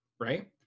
right